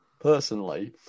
personally